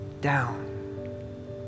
down